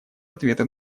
ответы